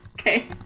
Okay